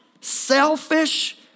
selfish